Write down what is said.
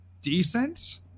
decent